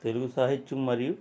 తెలుగు సాహిత్యం మరియు